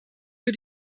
für